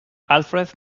alfred